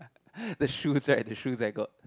the shoes right the shoes that got